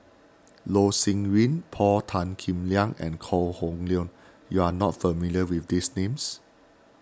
Loh Sin Yun Paul Tan Kim Liang and Kok Hong Leun you are not familiar with these names